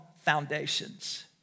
foundations